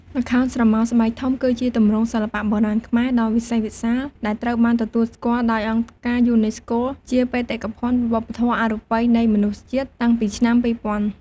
ល្ខោនស្រមោលស្បែកធំ គឺជាទម្រង់សិល្បៈបុរាណខ្មែរដ៏វិសេសវិសាល ដែលត្រូវបានទទួលស្គាល់ដោយអង្គការយូណេស្កូជាបេតិកភណ្ឌវប្បធម៌អរូបីនៃមនុស្សជាតិតាំងពីឆ្នាំ ២០០០។